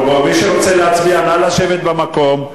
מי שרוצה להצביע, נא לשבת במקום.